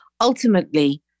ultimately